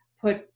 put